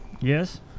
yes